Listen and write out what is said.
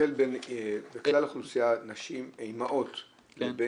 הציבור האלקטורלי שלי ואני קשובה ומסייעת הרבה מאוד שנים ואתם יודעים